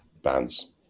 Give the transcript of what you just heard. bands